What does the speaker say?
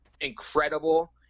incredible